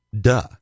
duh